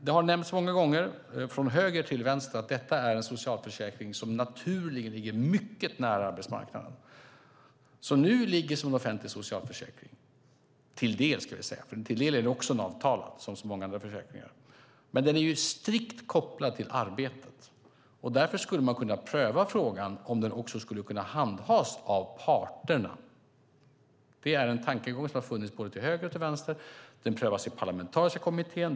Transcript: Det har nämnts många gånger, från höger till vänster, att detta är en socialförsäkring som naturligen ligger mycket nära arbetsmarknaden och som nu ligger som en offentlig socialförsäkring - till del, ska vi säga, för till del är den också avtalad som så många andra försäkringar. Men den är strikt kopplad till arbetet, och därför skulle man kunna pröva frågan om den också skulle kunna handhas av parterna. Det är en tankegång som har funnits både till höger och till vänster. Den prövas i den parlamentariska kommittén.